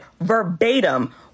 verbatim